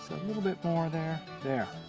a little bit more there. there,